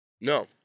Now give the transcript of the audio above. no